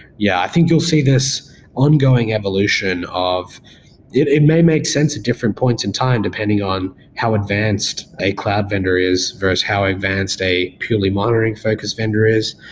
yeah, i think you'll see this ongoing evolution of it may makes sense at different points in time depending on how advanced a cloud vendor is versus how advanced a purely monitoring focused vendor is,